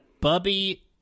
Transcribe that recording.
Bubby